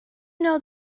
know